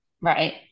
Right